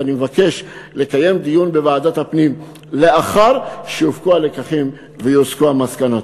אני מבקש לקיים דיון בוועדת הפנים לאחר שיופקו הלקחים ויוסקו המסקנות.